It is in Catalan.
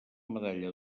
medalla